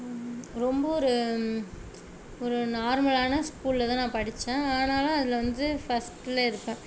ரொம்ப ஒரு ஒரு நார்மலான ஸ்கூலில் தான் நான் படித்தேன் ஆனாலும் அதில் வந்து ஃபஸ்ட்டில் இருப்பேன்